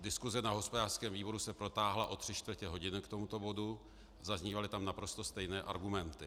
Diskuse na hospodářském výboru se protáhla o tři čtvrti hodiny k tomuto bodu, zaznívaly tam naprosto stejné argumenty.